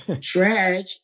Trash